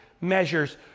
measures